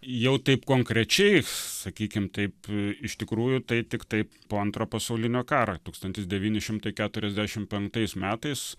jau taip konkrečiai sakykim taip iš tikrųjų tai tiktai po antro pasaulinio karo tūkstantis devyni šimtai keturiasdešim penktais metais